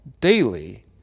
daily